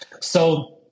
So-